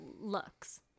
looks